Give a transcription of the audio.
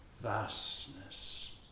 vastness